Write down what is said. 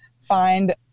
find